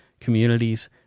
communities